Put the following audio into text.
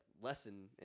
Lesson